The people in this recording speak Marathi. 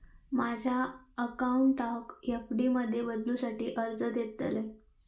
माझ्या अकाउंटाक एफ.डी मध्ये बदलुसाठी अर्ज देतलय